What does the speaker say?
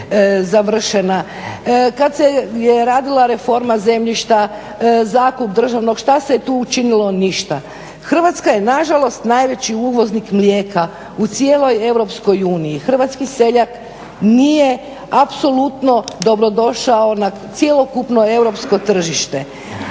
Kada se je radila reforma zemljišta zakup državnog šta se je tu učinilo? Ništa. Hrvatska je nažalost najveći uvoznik mlijeka u cijeloj EU, hrvatski seljak nije apsolutno dobrodošao na cjelokupno europsko tržište.